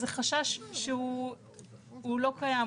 זה חשש שהוא לא קיים,